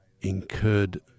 incurred